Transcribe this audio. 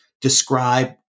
describe